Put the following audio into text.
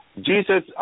Jesus